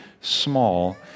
small